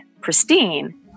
pristine